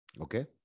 Okay